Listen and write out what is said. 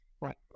Right